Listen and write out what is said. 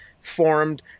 formed